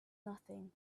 nothing